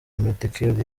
metkel